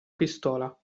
pistola